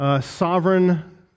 Sovereign